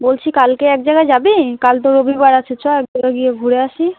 বলছি কালকে এক জায়গা যাবি কাল তো রবিবার আছে চল কোথাও গিয়ে ঘুরে আসি